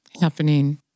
happening